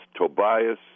Tobias